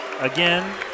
again